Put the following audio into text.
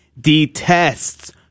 detests